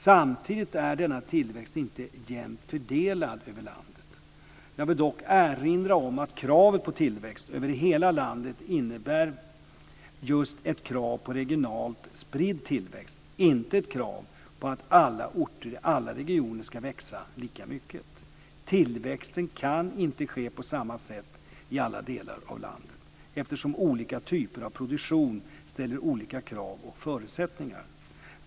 Samtidigt är denna tillväxt inte jämnt fördelad över landet. Jag vill dock erinra om att kravet på tillväxt över hela landet innebär just ett krav på regionalt spridd tillväxt, inte ett krav på att alla orter i alla regioner ska växa lika mycket. Tillväxten kan inte ske på samma sätt i alla delar av landet, eftersom olika typer av produktion har olika krav och förutsättningar.